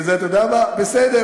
וזה, אתה יודע מה, בסדר.